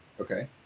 okay